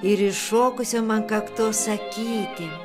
ir iššokusiom ant kaktos akytėm